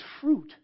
fruit